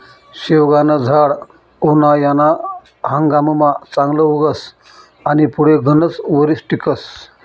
शेवगानं झाड उनायाना हंगाममा चांगलं उगस आनी पुढे गनच वरीस टिकस